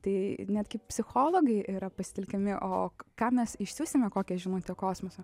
tai netgi psichologai yra pasitelkiami o o ką mes išsiųsime kokią žinutę kosmoso